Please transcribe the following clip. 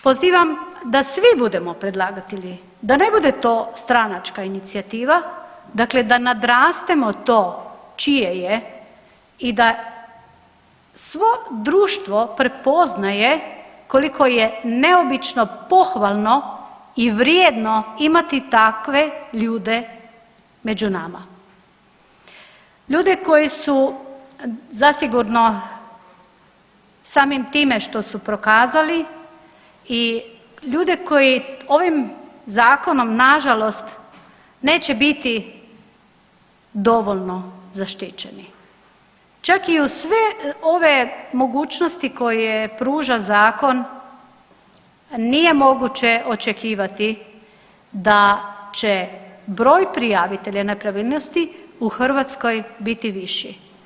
Pozivam da svi budemo predlagatelji, da ne bude to stranačka inicijativa, dakle da nadrastemo to čije je i da svo društvo prepoznaje koliko je neobično pohvalno i vrijedno imati takve ljude među nama, ljude koji su zasigurno samim time što su prokazali i ljude koji ovim zakonom nažalost neće biti dovoljno zaštićeni, čak i uz sve ove mogućnosti koje pruža zakon nije moguće očekivati da će broj prijavitelja nepravilnosti u Hrvatskoj biti viši.